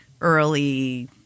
early